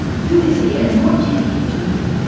who is he and what did he do?